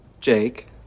Jake